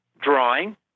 drawing